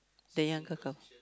the younger couple